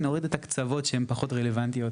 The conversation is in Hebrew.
נוריד את הקצוות שהן פחות רלוונטיות,